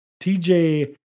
TJ